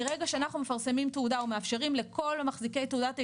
מרגע שאנחנו מפרסמים תעודה או מאפשרים לכל מחזיקי תעודת ההשתתפות,